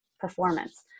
performance